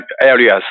areas